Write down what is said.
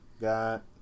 got